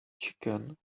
chicken